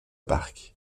parc